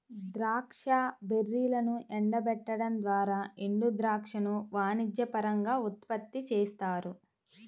ద్రాక్ష బెర్రీలను ఎండబెట్టడం ద్వారా ఎండుద్రాక్షను వాణిజ్యపరంగా ఉత్పత్తి చేస్తారు